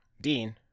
Dean